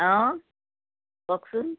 অঁ কওকচোন